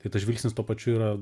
tai tas žvilgsnis tuo pačiu yra